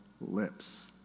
lips